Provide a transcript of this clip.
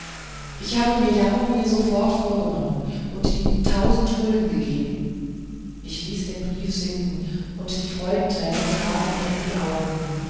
ich habe mir jaromir sofort vorgenommen ihm tausend gulden gegeben ich ließ den brief sinken und die freudentränen traten mir in die augen